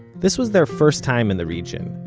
this was their first time in the region,